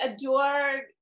adore